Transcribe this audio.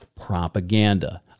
propaganda